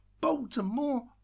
Baltimore